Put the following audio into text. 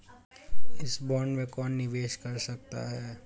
इस बॉन्ड में कौन निवेश कर सकता है?